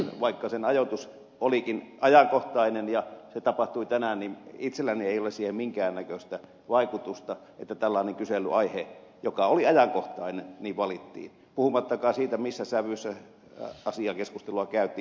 vaikka sen ajoitus olikin ajankohtainen ja se tapahtui tänään niin itselläni ei ole siihen minkäännäköistä vaikutusta että tällainen kyselyaihe joka oli ajankohtainen valittiin puhumattakaan siitä missä sävyssä asiakeskustelua käytiin